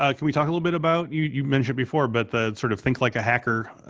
ah can we talk a little bit about you mentioned before, but the sort of think like a hacker